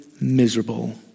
miserable